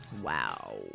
Wow